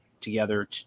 together